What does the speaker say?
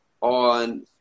on